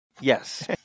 Yes